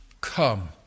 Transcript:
come